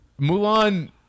Mulan